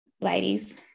ladies